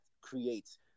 creates